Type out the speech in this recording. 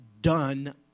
done